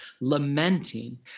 lamenting